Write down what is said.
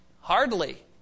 Hardly